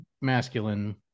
masculine